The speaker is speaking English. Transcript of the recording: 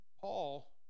Paul